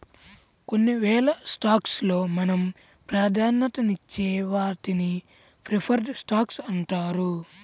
కొన్నివేల స్టాక్స్ లో మనం ప్రాధాన్యతనిచ్చే వాటిని ప్రిఫర్డ్ స్టాక్స్ అంటారు